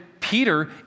Peter